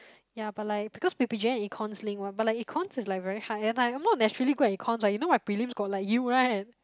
ya but like because p_p_g_a and econs link one but like econs is like very hard and I'm not naturally good at econs you know my prelims got like U right